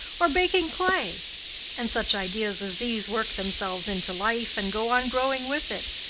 or baking clay and such ideas as these work themselves into life and go on growing with it,